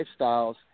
lifestyles